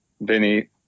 Vinny